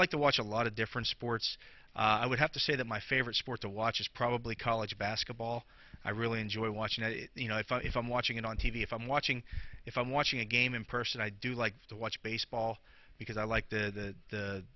like to watch a lot of different sports i would have to say that my favorite sport to watch is probably college basketball i really enjoy watching you know if i'm watching it on t v if i'm watching if i'm watching a game in person i do like to watch baseball because i like the